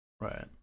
Right